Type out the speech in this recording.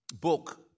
book